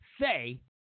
say